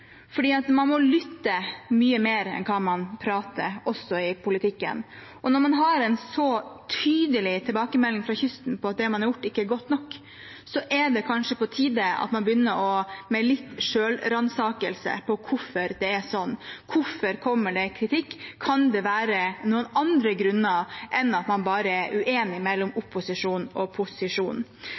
man må lytte mye mer enn man prater, også i politikken, og når man har en så tydelig tilbakemelding fra kysten på at det man har gjort, ikke er godt nok, er det kanskje på tide at man begynner med litt selvransakelse: Hvorfor er det sånn? Hvorfor kommer det kritikk? Kan det være noen andre grunner enn at det bare er uenighet mellom opposisjonen og